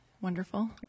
wonderful